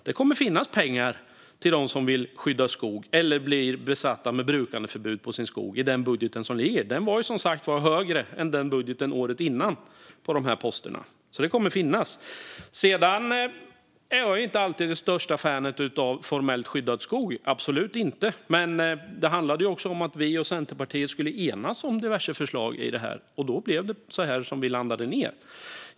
Det kommer att finnas pengar till dem som vill skydda skog eller som kommer att bli föremål för brukandeförbud på sin skog i liggande budget. Den budgeten var högre än budgeten året innan på de posterna. Det kommer alltså att finnas pengar. Jag är inte alltid ett stort fan av formellt skyddad skog. Absolut inte! Men det handlade om att vi och Centerpartiet skulle enas om diverse förslag. Och då landade vi i detta.